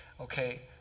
okay